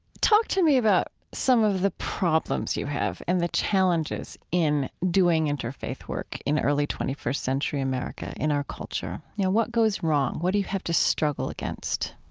talk to me about some of the problems you have and the challenges in doing interfaith work in early twenty first century america in our culture. you know, what goes wrong? what do you have to struggle against?